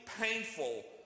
painful